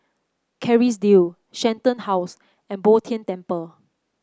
Kerrisdale Shenton House and Bo Tien Temple